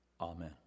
Amen